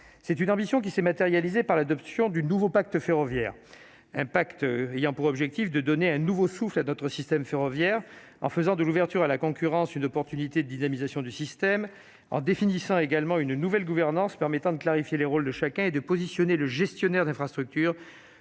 c'est une ambition qui s'est matérialisée par l'adoption du nouveau pacte ferroviaire pacte il y a pour objectif de donner un nouveau souffle à notre système ferroviaire en faisant de l'ouverture à la concurrence, une opportunité dynamisation du système en définissant également une nouvelle gouvernance permettant de clarifier les rôles de chacun et de positionner le gestionnaire d'infrastructure